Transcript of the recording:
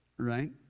Right